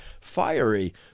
fiery